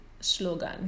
slogan